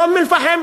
באום-אלפחם